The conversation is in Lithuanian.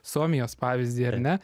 suomijos pavyzdį ar ne